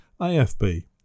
AFB